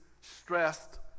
stressed